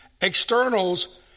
externals